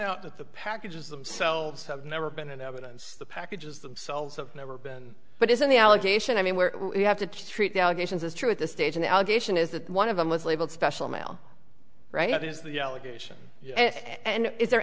out that the packages themselves have never been in evidence the packages themselves up never been but isn't the allegation i mean where you have to treat the allegations is true at this stage an allegation is that one of them was labeled special mail right that is the allegation and is there